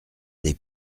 des